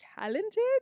talented